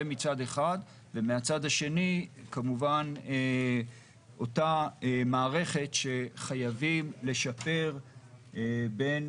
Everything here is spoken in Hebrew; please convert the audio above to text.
ומהצד השני כמובן אותה מערכת שחייבים לשפר בין